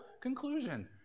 conclusion